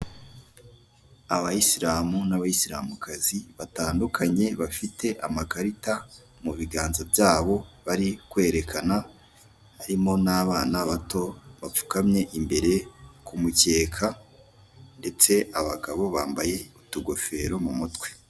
Abayisilamu n'abayisilamukazi batandukanye, bafite amakarita mu biganza byabo bari kwerekana, harimo n'abana bato bapfukamye imbere ku mukeka, ndetse abagabo bambaye utugofero mu mutwe.